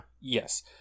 Yes